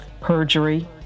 perjury